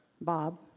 Bob